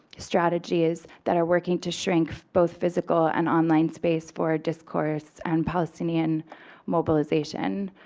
strategies that are working to shrink both physical and online space for discourse and palestinian mobilization,